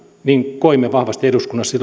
niin koimme vahvasti silloisessa eduskunnassa